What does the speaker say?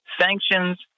sanctions